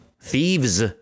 thieves